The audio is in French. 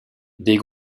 des